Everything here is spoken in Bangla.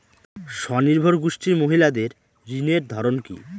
স্বনির্ভর গোষ্ঠীর মহিলাদের ঋণের ধরন কি?